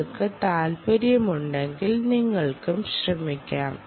നിങ്ങൾക്ക് താൽപ്പര്യമുണ്ടെങ്കിൽ നിങ്ങൾക്കും ശ്രമിക്കാം